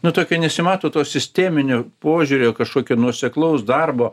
na tokio nesimato to sisteminio požiūrio kažkokio nuoseklaus darbo